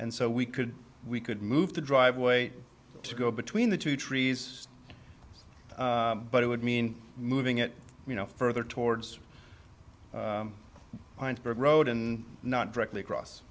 and so we could we could move the driveway to go between the two trees but it would mean moving it you know further towards road and not directly across